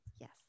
yes